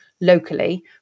locally